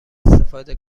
استفاده